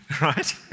Right